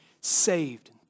saved